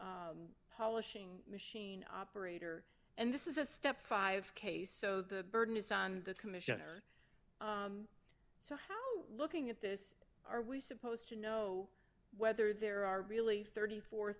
polishing machine operator and this is a step five k so the burden is on the commissioner so how looking at this are we supposed to know whether there are really thirty four